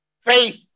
Faith